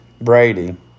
Brady